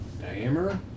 diameter